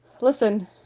listen